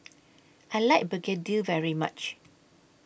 I like Begedil very much